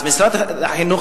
אז משרד החינוך,